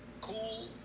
cool